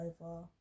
over